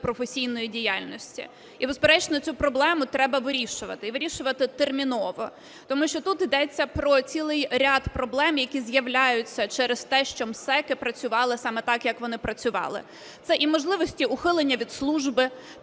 "професійної діяльності". І безперечно, цю проблему треба вирішувати і вирішувати терміново, тому що тут ідеться про цілий ряд проблем, які з'являються через те, що МСЕК працювали саме так, як вони працювали. Це і можливості ухилення від служби,